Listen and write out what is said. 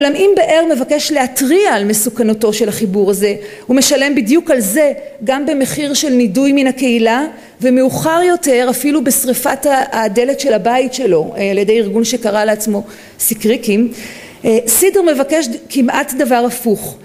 אולם אם באר מבקש להתריע על מסוכנותו של החיבור הזה, הוא משלם בדיוק על זה גם במחיר של נידוי מן הקהילה ומאוחר יותר אפילו בשרפת הדלת של הבית שלו על ידי ארגון שקרא לעצמו סקריקים סידר מבקש כמעט דבר הפוך